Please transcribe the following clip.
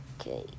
Okay